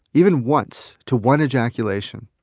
even once to one ejaculation,